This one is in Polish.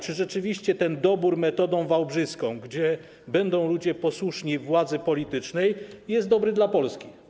Czy rzeczywiście ten dobór metodą wałbrzyską, zgodnie z którą ludzie będą posłuszni władzy politycznej, jest dobry dla Polski?